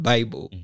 Bible